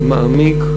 מעמיק,